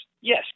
Yes